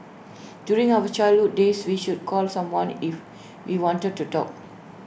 during our childhood days we would call someone if we wanted to talk